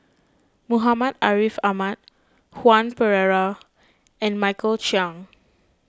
Muhammad Ariff Ahmad Joan Pereira and Michael Chiang